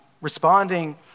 responding